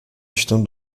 estão